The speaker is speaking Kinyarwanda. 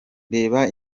reba